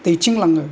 दैथिंलाङो